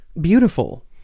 beautiful